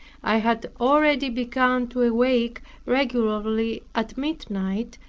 i had already begun to awake regularly at midnight,